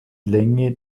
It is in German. länge